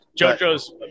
Jojo's